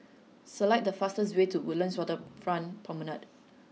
select the fastest way to Woodlands Waterfront Promenade